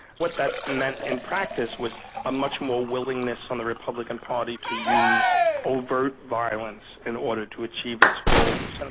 what that meant in practice was a much more willingness on the republican party to use overt violence in order to achieve its goals.